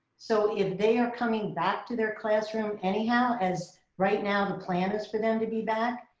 so if they are coming back to their classroom anyhow, as right now, the plan is for them to be back,